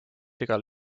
igal